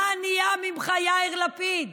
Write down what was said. מה נהיה ממך, יאיר לפיד?